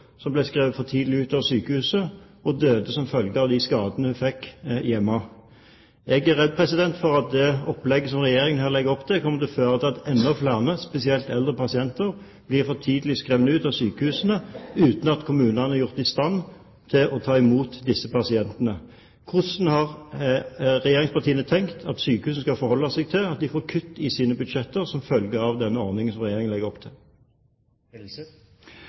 som ble for tidlig skrevet ut av sykehuset og døde som følge av de skadene hun fikk hjemme. Jeg er redd for at det opplegget som Regjeringen her legger opp til, kommer til å føre til at enda flere pasienter, spesielt eldre, blir for tidlig skrevet ut av sykehusene, uten at kommunene er gjort i stand til å ta imot disse pasientene. Hvordan har regjeringspartiene tenkt at sykehusene skal forholde seg til at de får kutt i sine budsjetter som følge av denne ordningen som Regjeringen legger opp til?